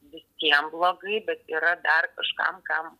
visiem blogai bet yra dar kažkam kam